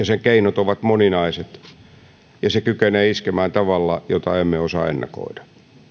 sen keinot ovat moninaiset ja se kykenee iskemään tavalla jota emme osaa ennakoida